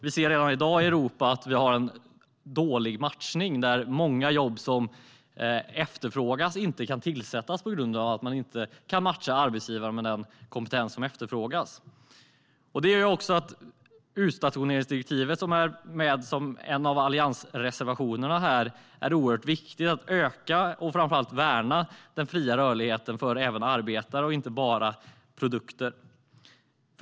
Vi ser redan i dag i Europa att vi har en dålig matchning där många jobb som efterfrågas inte kan tillsättas på grund av att man inte kan matcha arbetsgivare med den kompetens som efterfrågas. Det gör att utstationeringsdirektivet, som finns med i en av alliansreservationerna, är oerhört viktigt. Det gäller att öka och framför allt värna den fria rörligheten för även arbetare och inte bara produkter.